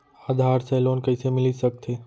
आधार से लोन कइसे मिलिस सकथे?